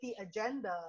agenda